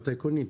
הטייקונים,